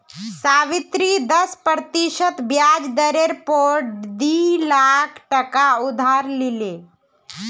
सावित्री दस प्रतिशत ब्याज दरेर पोर डी लाख टका उधार लिले